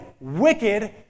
wicked